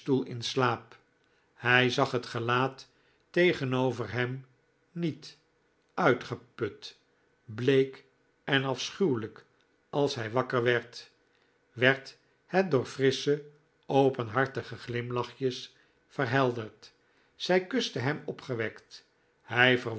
in slaap hij zag het gelaat tegenover hem niet uitgeput bleek en afschuwelijk als hij wakker werd werd het door frissche openhartige glimlachjes verhelderd zij kuste hem opgewekt hij